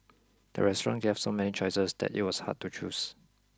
the restaurant gave so many choices that it was hard to choose